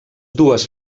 dues